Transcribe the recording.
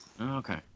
Okay